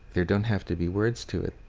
there don't have to be words to it.